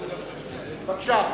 בבקשה.